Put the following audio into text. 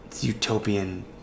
utopian